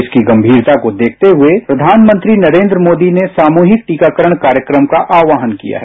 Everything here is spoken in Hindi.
इसकी गंभीरता को देखते हुए प्रधानमंत्री नरेंद्र मोदी ने सामूहिक टीकाकरण कार्यक्रम का आह्वान किया है